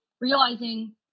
realizing